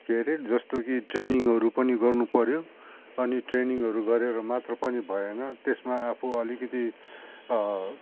के अरे जस्तो कि ट्रेनिङहरू पनि गर्नु पऱ्यो अनि ट्रेनिङहरू गरेर मात्र भएन त्यसमा आफु अलिकति